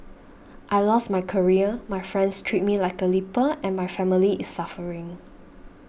I lost my career my friends treat me like a leper and my family is suffering